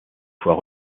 fois